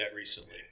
recently